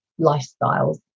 lifestyles